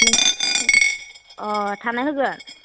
नों अ थानो होगोन